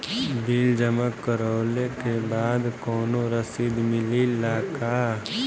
Bill जमा करवले के बाद कौनो रसिद मिले ला का?